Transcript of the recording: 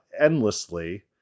endlessly